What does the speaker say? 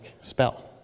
spell